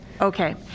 okay